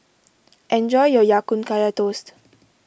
enjoy your Ya Kun Kaya Toast